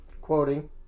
quoting